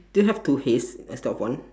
do you have two hays instead of one